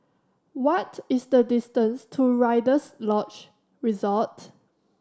what is the distance to Rider's Lodge Resort